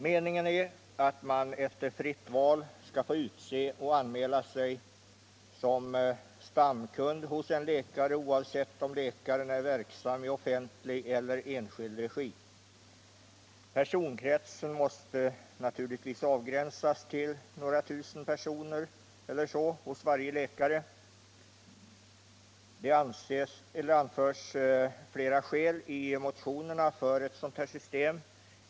Meningen är att man efter fritt val skall få utse sin läkare och anmäla sig som ”stamkund” hos honom, oavsett om läkaren är verksam i offentlig tjänst eller är privatpraktiserande. Personkretsen måste naturligtvis då avgränsas till några tusen personer hos varje läkare. Det anförs flera skäl i motionerna för ett sådant system.